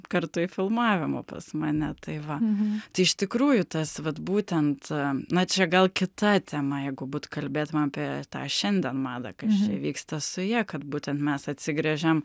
kartu į filmavimą pas mane tai va tai iš tikrųjų tas vat būtent na čia gal kita tema jeigu būt kalbėtumėm apie tą šiandien madą kas čia vyksta su ja kad būtent mes atsigręžiam